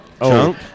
Chunk